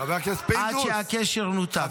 עד שהקשר נותק.